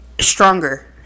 stronger